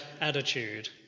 attitude